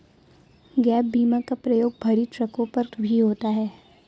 gap बीमा का प्रयोग भरी ट्रकों पर भी होता है